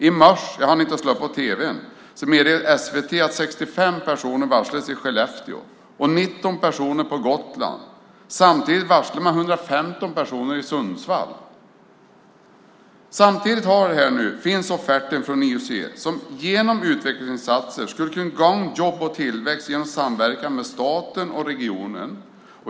I morse meddelade SVT att 65 personer har varslats i Skellefteå och 19 personer på Gotland. Även 115 personer i Sundsvall varslas. Samtidigt finns offerten från IUC. IUC skulle genom utvecklingsinsatser kunna gagna jobb och tillväxt genom samverkan med staten och regionen.